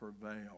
prevail